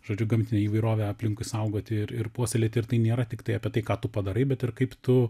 žodžiu gamtinę įvairovę aplinkui saugoti ir ir puoselėti ir tai nėra tiktai apie tai ką tu padarai bet ir kaip tu